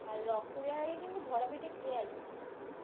আর রক্ত দেওয়ার আগে কিন্তু ভরা পেটে খেয়ে আসবি না